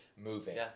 moving